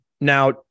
Now